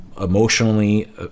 emotionally